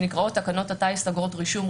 שנקראות "תקנות הטיס (אגרות רישום,